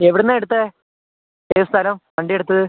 എവിടെ നിന്നാണ് എടുത്തത് ഏതാണ് സ്ഥലം വണ്ടിയെടുത്തത്